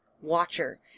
watcher